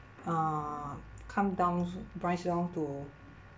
uh come down boils down to